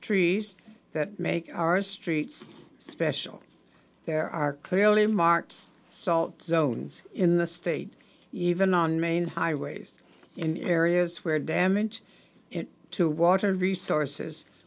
trees that make our streets special there are clearly in markets so zones in the state even on main highways in areas where damage to water resources